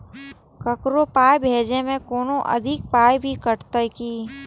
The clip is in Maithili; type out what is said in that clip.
ककरो पाय भेजै मे कोनो अधिक पाय भी कटतै की?